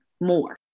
more